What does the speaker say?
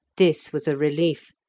this was a relief,